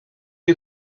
you